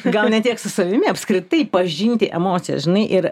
gal ne tiek su savimi apskritai pažinti emocijas žinai ir